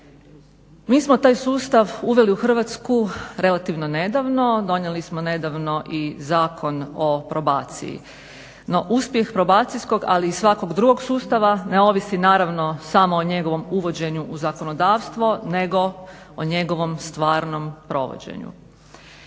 Mi smo taj sustav uveli u Hrvatsku relativno nedavno, donijeli smo nedavno i Zakon o probaciji no uspjeh probacijskog ali i svakog drugog sustava ne ovisi naravno samo o njegovom uvođenju u zakonodavstvo nego o njegovom stvarnom provođenju.